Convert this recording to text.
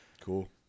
Cool